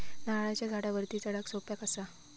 नारळाच्या झाडावरती चडाक सोप्या कसा?